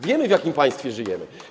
Wiemy, w jakim państwie żyjemy.